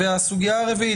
הליכים שמנהל הגוף עצמו.